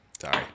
Sorry